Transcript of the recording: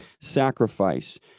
sacrifice